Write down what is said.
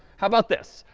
how about this?